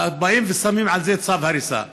באים ושמים על זה צו הריסה.